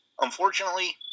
unfortunately